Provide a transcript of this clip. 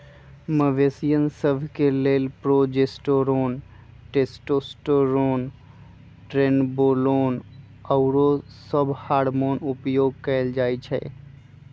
मवेशिय सभ के लेल प्रोजेस्टेरोन, टेस्टोस्टेरोन, ट्रेनबोलोन आउरो सभ हार्मोन उपयोग कयल जाइ छइ